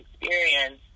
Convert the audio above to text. experience